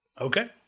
okay